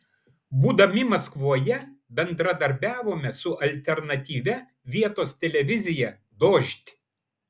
būdami maskvoje bendradarbiavome su alternatyvia vietos televizija dožd